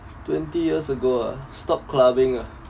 twenty years ago ah stop clubbing ah